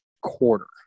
quarter